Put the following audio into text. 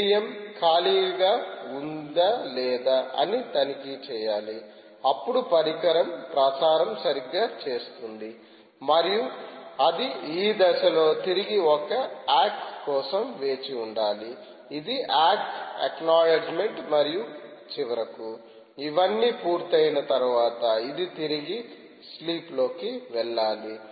medium కాలీగా ఉందా లేదా అని తనిఖీ చేయాలి అప్పుడు పరికరం ప్రసారం సరిగ్గా చేస్తుంది మరియు అది ఈ దిశలో తిరిగి ఒక అక్ కోసం వేచి ఉండాలి ఇది అక్ అక్నౌలెడ్జిమెంట్ మరియు చివరకు ఇవన్నీ పూర్తయిన తర్వాత అది తిరిగి స్లీప్లోకి వెళ్ళాలి